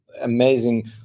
amazing